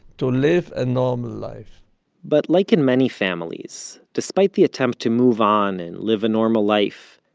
to live a normal life but like in many families, despite the attempt to move on and live a normal life,